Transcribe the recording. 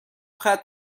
ختم